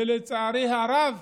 ולצערי הרב,